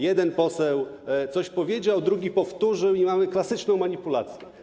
Jeden poseł coś powiedział, drugi powtórzył i mamy klasyczną manipulację.